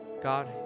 God